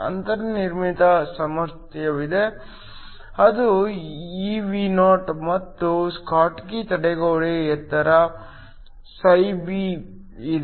ಅಂತರ್ನಿರ್ಮಿತ ಸಾಮರ್ಥ್ಯವಿದೆ ಅದು evo ಮತ್ತು ಸ್ಕಾಟ್ಕಿ ತಡೆಗೋಡೆ ಎತ್ತರ φB ಇದೆ